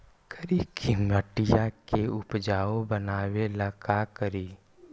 करिकी मिट्टियां के उपजाऊ बनावे ला का करी?